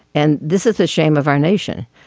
and this is the shame of our nation.